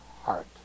heart